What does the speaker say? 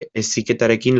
heziketarekin